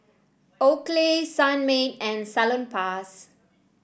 Oakley Sunmaid and Salonpas